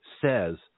says